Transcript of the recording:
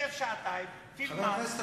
שב שעתיים, תלמד.